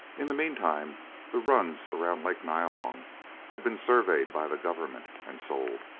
in the meantime the runs around lake nyalong had been surveyed by the government and sold.